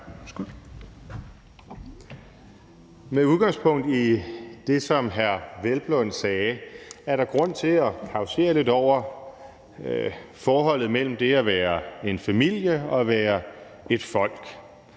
Med udgangspunkt i det, som hr. Peder Hvelplund sagde, er der grund til at causere lidt over forholdet mellem det at være en familie og det at være et folk.